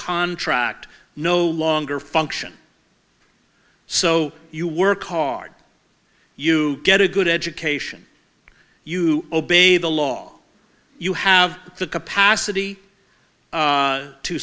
contract no longer function so you work hard you get a good education you obey the law you have the capacity